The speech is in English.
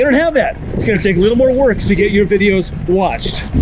don't have that. it's gonna take a little more work to get your videos watched.